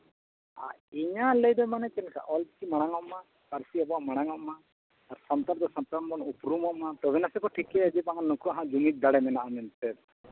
ᱤᱧᱟᱹᱜ ᱞᱟᱹᱭ ᱫᱚ ᱢᱟᱱᱮ ᱪᱮᱫ ᱞᱮᱠᱟ ᱚᱞ ᱪᱤᱠᱤ ᱢᱟᱲᱟᱝ ᱚᱜ ᱢᱟ ᱯᱟᱹᱨᱥᱤ ᱟᱵᱚᱣᱟᱜ ᱢᱟᱲᱟᱝ ᱚᱜ ᱢᱟ ᱥᱟᱱᱛᱟᱲ ᱫᱚ ᱥᱟᱱᱛᱟᱲ ᱵᱚᱱ ᱩᱯᱨᱩᱢᱚᱜ ᱢᱟ ᱛᱚᱵᱮ ᱱᱟᱥᱮ ᱠᱚ ᱴᱷᱤᱠᱟᱹᱭᱟ ᱵᱟᱝ ᱱᱩᱠᱩᱣᱟᱜ ᱦᱚᱸ ᱡᱩᱢᱤᱫ ᱫᱟᱲᱮ ᱢᱮᱱᱟᱜᱼᱟ ᱢᱮᱱᱛᱮ